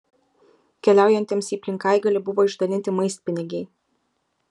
keliaujantiems į plinkaigalį buvo išdalinti maistpinigiai